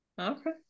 Okay